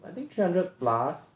I think three hundred plus